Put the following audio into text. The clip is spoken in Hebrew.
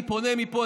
אני פונה מפה,